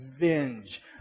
revenge